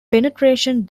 penetration